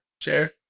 Share